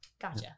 gotcha